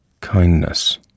Kindness